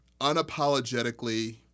unapologetically